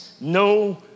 no